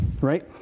right